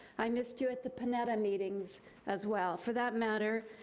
i missed you at the panetta meetings as well. for that matter,